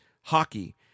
hockey